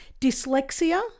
dyslexia